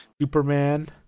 Superman